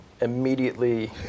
immediately